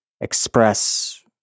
express